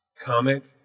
comment